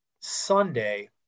Sunday